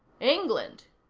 england?